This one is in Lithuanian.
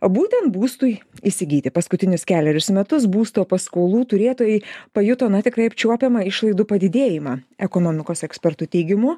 būtent būstui įsigyti paskutinius kelerius metus būsto paskolų turėtojai pajuto na tikrai apčiuopiamą išlaidų padidėjimą ekonomikos ekspertų teigimu